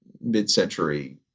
mid-century